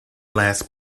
last